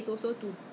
this one